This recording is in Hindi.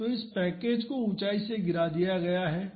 तो इस पैकेज को ऊंचाई से गिरा दिया गया है